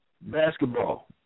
basketball